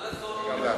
מה לעשות?